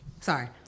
Sorry